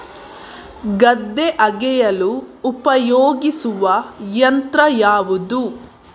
ಗದ್ದೆ ಅಗೆಯಲು ಉಪಯೋಗಿಸುವ ಯಂತ್ರ ಯಾವುದು?